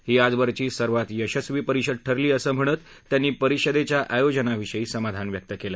ही आजवरची सर्वात यशस्वी परिषद ठरली असं म्हणत त्यांनी परिषदेच्या आयोजनाविषयी समाधान व्यक्त केलं